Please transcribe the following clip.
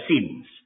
sins